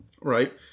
Right